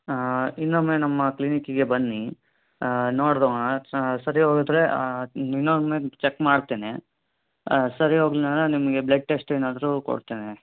ಇನ್ನೊಮ್ಮೆ ನಮ್ಮ ಕ್ಲಿನಿಕ್ಕಿಗೆ ಬನ್ನಿ ನೋಡೋಣ ಸರಿ ಹೋಗದಿದ್ರೆ ಇನ್ನೊಮ್ಮೆ ಚೆಕ್ ಮಾಡ್ತೇನೆ ಸರಿ ಹೋಗ್ಲಿಲ್ಲಾಂದ್ರೆ ನಿಮಗೆ ಬ್ಲೆಡ್ ಟೆಸ್ಟ್ ಏನಾದರೂ ಕೊಡ್ತೇನೆ